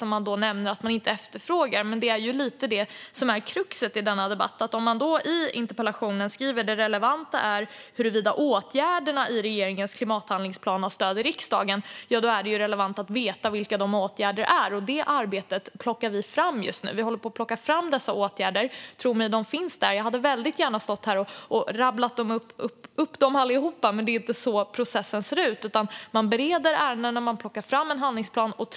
Man säger att man inte efterfrågar dem, och det är lite kruxet i denna debatt: I interpellationen skriver man att det relevanta är huruvida åtgärderna i regeringens klimathandlingsplan har stöd i riksdagen, och då är det ju relevant att veta vilka dessa åtgärder är. Dessa åtgärder håller vi nu på att plocka fram, och tro mig, de finns där. Jag hade gärna rabblat upp dem allihop. Men så ser inte processen ut, utan man bereder ärenden och tar fram en handlingsplan.